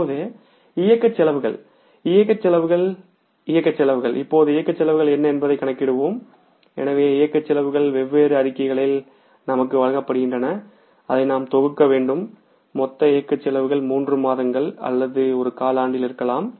இப்போது இயக்கச் செலவுகள் இயக்கச் செலவுகள் இயக்கச் செலவுகள் இப்போது இயக்கச் செலவுகள் என்ன என்பதைக் கணக்கிடுவோம் எனவே இயக்கச் செலவுகள் வெவ்வேறு அறிக்கைகளில் நமக்கு வழங்கப்படுகின்றன அதை நாம் தொகுக்க வேண்டும் மொத்த ஆப்ரேட்டிங் காஸ்ட் 3 மாதங்கள் அல்லது ஒரு காலாண்டில் இருக்கலாம்